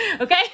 okay